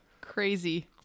Crazy